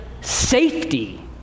safety